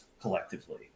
collectively